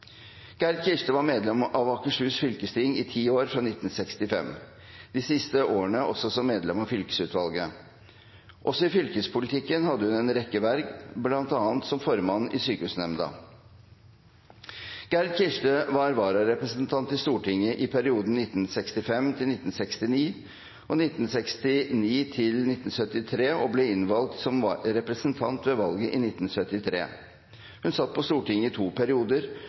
Gerd Kirste var medlem av Akershus fylkesting i ti år fra 1965, de siste fire årene også medlem av fylkesutvalget. Også i fylkespolitikken hadde hun en rekke verv, bl.a. som formann i sykehusnemnda. Gerd Kirste var vararepresentant til Stortinget i perioden 1965–1969 og 1969–1973 og ble innvalgt som representant ved valget i 1973. Hun satt på Stortinget i to perioder,